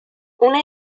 una